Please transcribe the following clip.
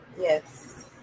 Yes